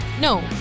No